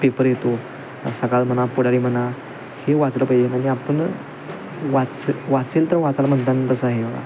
paper येतो सकाळ म्हणा पुढारी म्हणा हे वाचले पाहिजे आणि आपण वाच वाचेल तर वाचाल म्हणतात तसे आहे